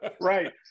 Right